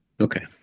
Okay